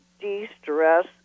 de-stress